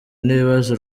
n’ibibazo